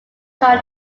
join